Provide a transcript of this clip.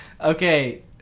okay